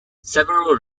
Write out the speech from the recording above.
several